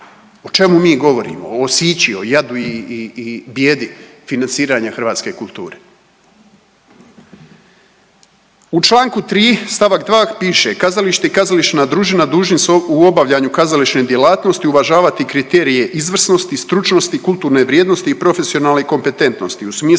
O čemu mi govorimo? Sići, o radu i bijedi financiranja hrvatske kulture. U čl. 3 st. 2 piše, kazalište i kazališna družina dužni su u obavljanju kazališne djelatnosti uvažavati kriterije izvrsnosti, stručnosti, kulturne vrijednosti i profesionalne kompetentnosti